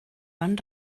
van